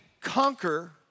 conquer